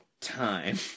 time